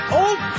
old